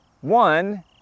One